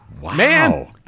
Wow